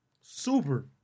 Super